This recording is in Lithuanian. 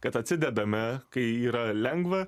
kad atsidedame kai yra lengva